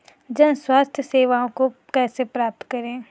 जन स्वास्थ्य सेवाओं को कैसे प्राप्त करें?